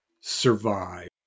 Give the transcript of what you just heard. Survive